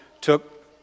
took